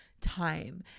time